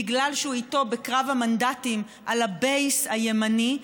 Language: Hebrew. בגלל שהוא בקרב המנדטים איתו על ה-base הימני,